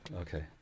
Okay